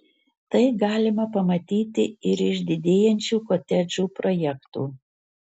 tai galima pamatyti ir iš didėjančių kotedžų projektų